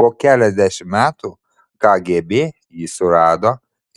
po keliasdešimt metų kgb jį surado